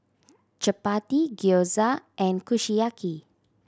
Chapati Gyoza and Kushiyaki